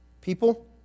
people